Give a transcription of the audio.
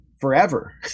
forever